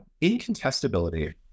Incontestability